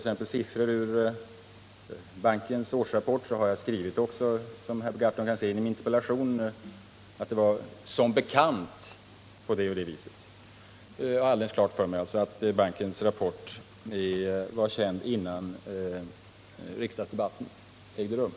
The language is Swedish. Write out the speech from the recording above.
Som herr Gahrton kan se i mitt interpellationssvar har jag också, när jag hänvisat till siffror och annat ur bankens årsrapport, skrivit att det ”som bekant” är på det ena eller andra viset. Jag har således haft alldeles klart för mig att bankens årsrapport var känd innan riksdagsdebatten ägde rum.